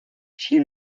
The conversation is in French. qu’il